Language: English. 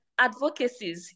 advocacies